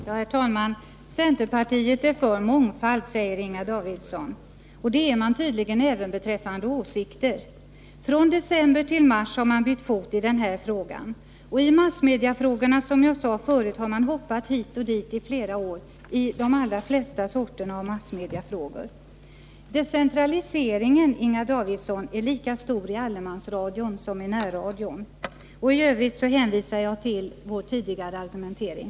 Herr talman! Centerpartiet är för mångfald, säger Inga Davidsson. Det är man tydligen även beträffande åsikter. Från december till mars har man bytt fot i denna fråga. När det gäller de allra flesta massmediefrågorna har man, som jag sade förut, hoppat hit och dit i flera år. Decentraliseringen, Inga Davidsson, är lika stor i allemansradion som i närradion. I övrigt hänvisar jag till vår tidigare argumentering.